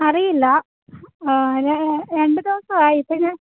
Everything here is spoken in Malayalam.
അറിയില്ല ര രണ്ട് ദിവസമായി പിന്നെ